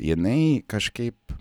jinai kažkaip